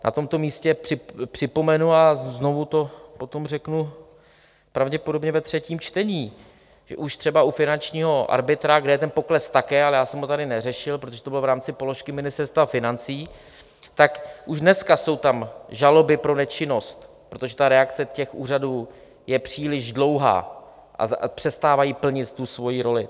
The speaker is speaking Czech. Na tomto místě připomenu a znovu to potom řeknu, pravděpodobně ve třetím čtení, už třeba u finančního arbitra, kde je ten pokles také, ale já jsem ho tady neřešil, protože to bylo v rámci položky Ministerstva financí, tak už dneska jsou tam žaloby pro nečinnost, protože reakce těch úřadů je příliš dlouhá a přestávají plnit svoji roli.